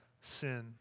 sin